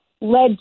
led